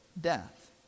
death